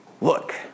look